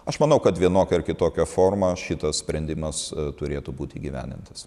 aš manau kad vienokia ar kitokia forma šitas sprendimas turėtų būt įgyvendintas